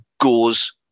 goes